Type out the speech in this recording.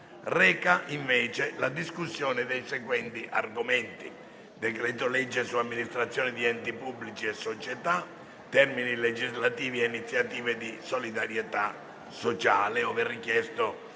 reca invece la discussione dei seguenti argomenti: decreto-legge su amministrazione di enti pubblici e società, termini legislativi e iniziative di solidarietà sociale; ove richiesto